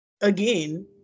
again